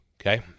Okay